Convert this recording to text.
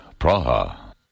Praha